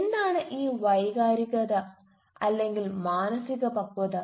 എന്താണ് ഈ വൈകാരിക അല്ലെങ്കിൽ മാനസിക പക്വത